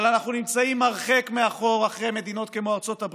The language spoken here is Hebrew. אבל אנחנו נמצאים הרחק מאחור אחרי מדינות כמו ארצות הברית,